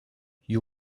you